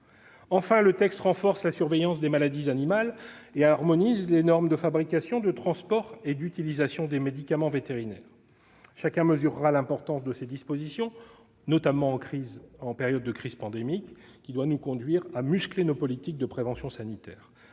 Enfin, le texte renforce la surveillance des maladies animales et harmonise les normes de fabrication, de transport et d'utilisation des médicaments vétérinaires. Chacun mesurera l'importance de ces dispositions, notamment en période de crise pandémique ; cela doit nous conduire à muscler nos politiques de prévention sanitaire.